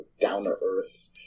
down-to-earth